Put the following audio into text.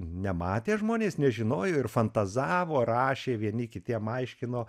nematė žmonės nežinojo ir fantazavo rašė vieni kitiem aiškino